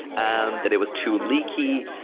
and that it was too leaky,